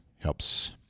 helps